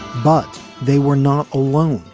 but they were not alone.